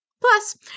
Plus